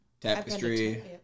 Tapestry